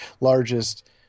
largest